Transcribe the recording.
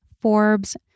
Forbes